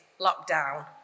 lockdown